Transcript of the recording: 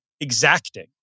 exacting